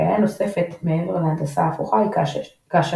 בעיה נוספת מעבר להנדסה הפוכה היא כאשר